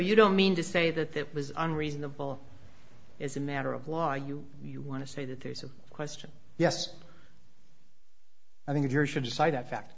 you don't mean to say that it was unreasonable as a matter of law you you want to say that there's a question yes i think you're should decide that fact